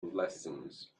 lessons